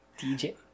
dj